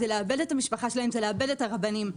לאבד את המשפחה שלהם ולאבד את הרבנים.